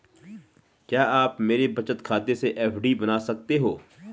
क्या आप मेरे बचत खाते से एफ.डी बना सकते हो?